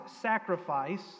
sacrifice